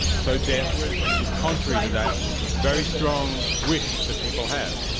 so death is contrary to that very strong wish that people have.